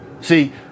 See